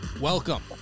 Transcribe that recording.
welcome